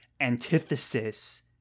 antithesis